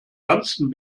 ganzen